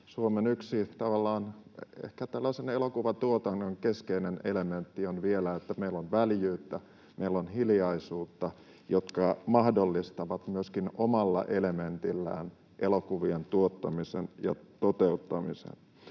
ehkä tavallaan keskeinen elementti on vielä, että meillä on väljyyttä, meillä on hiljaisuutta, jotka mahdollistavat myöskin omalla elementillään elokuvien tuottamisen ja toteuttamisen.